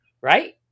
right